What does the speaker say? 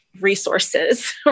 Resources